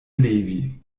levi